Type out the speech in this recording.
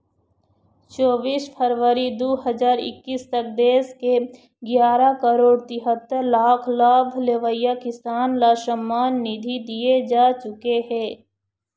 चोबीस फरवरी दू हजार एक्कीस तक देश के गियारा करोड़ तिहत्तर लाख लाभ लेवइया किसान ल सम्मान निधि दिए जा चुके हे